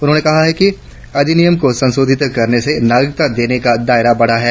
उन्होंने कहा कि अधिनियम को संशोधित करने से नागरिकता देने का दायरा बढ़ा है